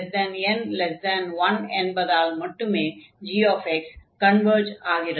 0n1 என்பதால் மட்டுமே gx converge ஆகிறது